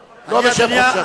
לא, לא בשם חובשי הכיפות.